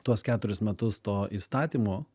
tuos keturis metus to įstatymo